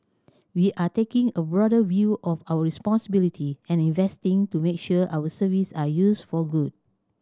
we are taking a broader view of our responsibility and investing to make sure our service are used for good